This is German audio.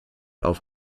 auf